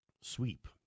Sweep